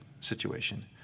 situation